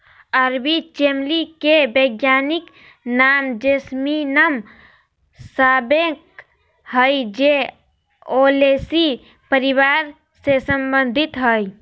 अरबी चमेली के वैज्ञानिक नाम जैस्मीनम सांबैक हइ जे ओलेसी परिवार से संबंधित हइ